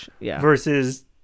versus